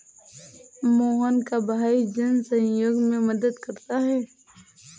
मोहन का भाई जन सहयोग में मदद करता है